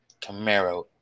Camaro